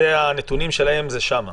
הנתונים שלהם שם.